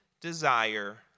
desire